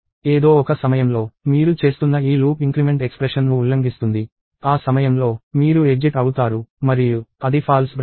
ఏదో ఒక సమయంలో మీరు చేస్తున్న ఈ లూప్ ఇంక్రిమెంట్ ఎక్స్ప్రెషన్ ను ఉల్లంఘిస్తుంది ఆ సమయంలో మీరు ఎగ్జిట్ అవుతారు మరియు అది ఫాల్స్ బ్రాంచ్